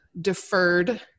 deferred